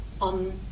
on